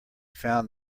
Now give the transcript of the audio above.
found